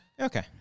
Okay